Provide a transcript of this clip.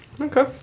Okay